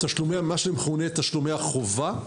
ישנם תשלומי חובה,